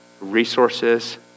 resources